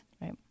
Right